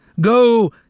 Go